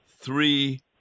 three